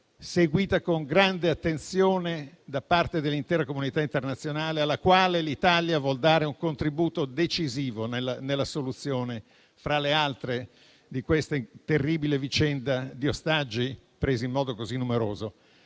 seguita con grande attenzione da parte dell'intera comunità internazionale. L'Italia vuole dare un contributo decisivo nella soluzione, fra le altre, della terribile vicenda di ostaggi presi in così grande numero.